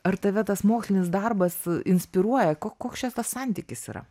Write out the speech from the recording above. ar tave tas mokslinis darbas inspiruoja ko koks čia tas santykis yra